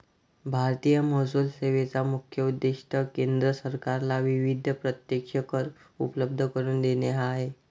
भारतीय महसूल सेवेचा मुख्य उद्देश केंद्र सरकारला विविध प्रत्यक्ष कर उपलब्ध करून देणे हा आहे